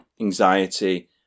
anxiety